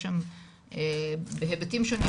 יש שם בהיבטים שונים,